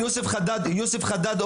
אוסיף לך זמן על הזמן של השאלה שלי.